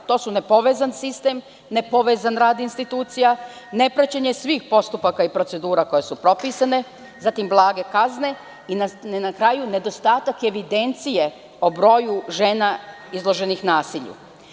To su nepovezan sistem, nepovezan rad institucija, nepraćenje svih postupaka i procedura koje su propisane, blage kazne i na kraju nedostatak evidencije o broju žena izloženih nasilju.